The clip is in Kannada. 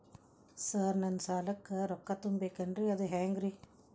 ಸರ್ ನನ್ನ ಸಾಲಕ್ಕ ರೊಕ್ಕ ತುಂಬೇಕ್ರಿ ಅದು ಹೆಂಗ್ರಿ?